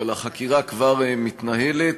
אבל החקירה כבר מתנהלת.